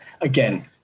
again